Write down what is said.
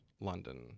London